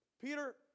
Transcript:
Peter